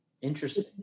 Interesting